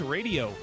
Radio